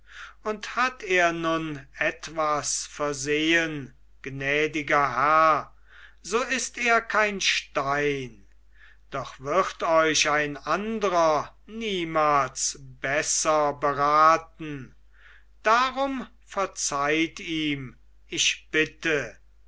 und hat er nun etwas versehen gnädiger herr so ist er kein stein doch wird euch ein andrer niemals besser beraten darum verzeiht ihm ich bitte